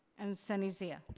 and sunny zia.